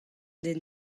den